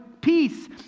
peace